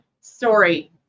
story